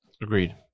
agreed